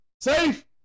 Safe